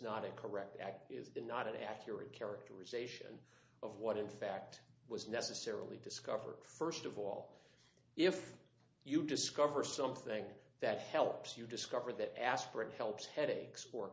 not a correct act is not an accurate characterization of what in fact was necessarily discovered first of all if you discover something that helps you discover that aspirin helps headaches or